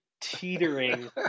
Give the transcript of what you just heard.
teetering